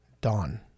dawn